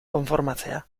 konformatzea